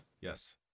yes